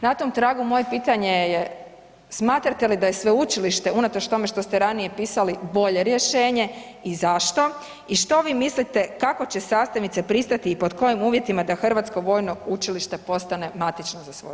Na tom tragu moje pitanje je smatrate da li da je sveučilište unatoč tome što ste ranije pisali bolje rješenje i zašto i što vi mislite kako će sastavnice pristati i pod kojim uvjetima da Hrvatsko vojno učilište postane matično za svoju